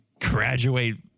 graduate